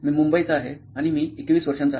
मी मुंबईचा आहे आणि मी 21 वर्षांचा आहे